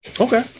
Okay